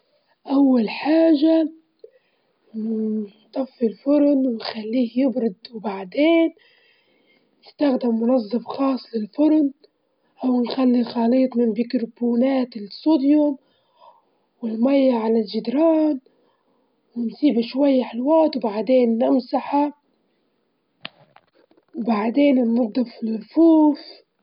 أول حاجة نشوفوا التعليمات ونتأكدوا من القطع ونركب ال- الأجزاء الأساسية مع المسامير وإذا كان في خشب مساعد أو وصلات نثبتها بأدوات التثبيت المناسبة، ونخلص كل حاجة وخطوة بخطوة عشان طبعًا يبجى مظبوط.